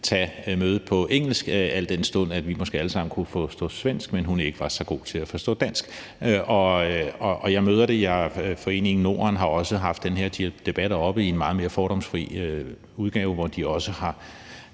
tage mødet på engelsk, al den stund vi måske alle sammen kunne forstå svensk, men at hun ikke var så god til at forstå dansk. Jeg møder det. Foreningen Norden har også haft den her debat oppe i en meget mere fordomsfri udgave, hvor de også har